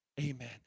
Amen